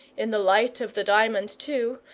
in the light of the diamond, too,